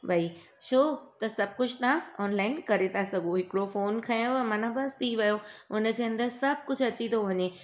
भई छो त सभु कुझु तव्हां ऑनलाइन करे था सघो हिकिड़ो फोन खयंव माना बसि थी वियो उनजे अंदरु सभु कुझु अची थो वञे